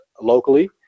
locally